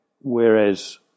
Whereas